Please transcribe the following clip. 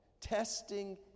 Testing